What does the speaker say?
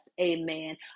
Amen